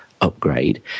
upgrade